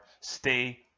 stay